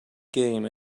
game